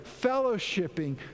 fellowshipping